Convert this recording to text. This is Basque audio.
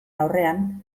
aurrean